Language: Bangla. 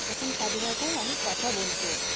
তখন সাধু ভাষায় মানুষ কথা বলতো